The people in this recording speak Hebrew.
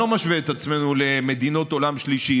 אני לא משווה את עצמנו למדינות עולם שלישי